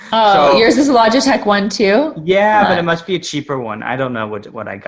oh, yours is a logitech one too? yeah, but it must be a cheaper one. i don't know what what i got.